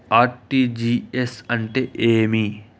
RTGS అంటే ఏమి?